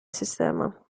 sistema